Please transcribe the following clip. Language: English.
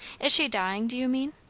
is she dying, do you mean?